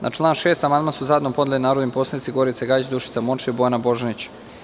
Na član 6. amandman su zajedno podnele narodni poslanici Gorica Gajić, Dušica Morčev i Bojana Božanić.